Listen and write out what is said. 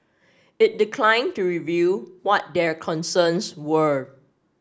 it declined to reveal what their concerns were